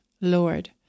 Lord